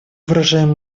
выражаем